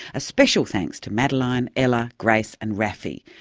a special thanks to madeline, ella, grace and rafi.